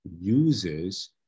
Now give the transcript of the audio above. uses